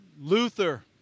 Luther